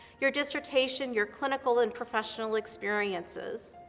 your dissertation, your clinical and professional experiences.